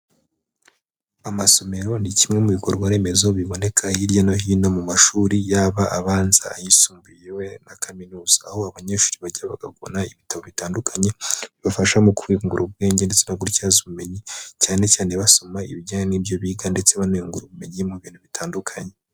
Amasomero ni kimwe mu bikorwa remezo biboneka hirya no hino mu mashuri yaba abanza, ayisumbuye na kaminuza. Aho abanyeshuri bagera bakabona ibitabo bitandukanye, bibafasha mu kuyungura ubwenge ndetse no gutyaza ubumenyi, cyane cyane basoma ibijyanye n'ibyo biga, ndetse baniyungura ubumenyi mu bintu bitandukanye.